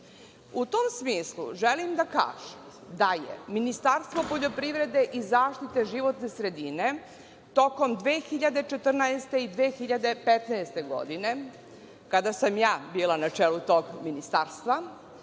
tom smislu želim da kažem da je Ministarstvo poljoprivrede i zaštitu životne sredine tokom 2014. i 2015. godine, kada sam ja bila na čelu tog ministarstva,